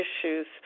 issues